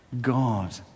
God